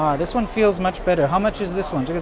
this one feels much better. how much is this one?